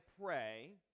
pray